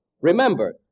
Remember